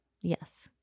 Yes